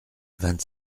vingt